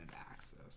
access